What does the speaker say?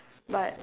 but